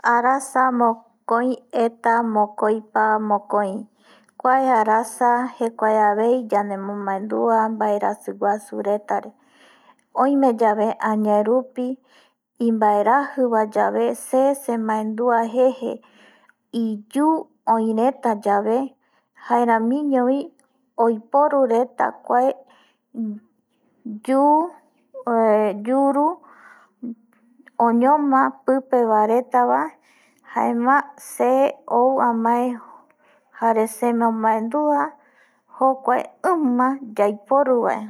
Arasa mokoieta mokoipa mokoi kua arasa jecuai avei yamomandua vaerasireta oime yave añerupi imbaeraji va yave se semandua jeje iyu oi reta yave jaeramiño vi oiporu reta kua yu yuru oñoma pupe va reta va jaema se ou amae jare se mo mandua jokua ima yaiporu vae